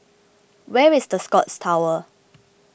where is the Scotts Tower